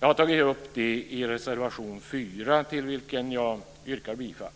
Jag har tagit upp detta i reservation 4, till vilken jag yrkar bifall.